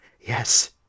Yes